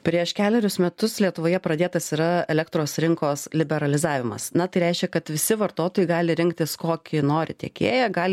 prieš kelerius metus lietuvoje pradėtas yra elektros rinkos liberalizavimas na tai reiškia kad visi vartotojai gali rinktis kokį nori tiekėją gali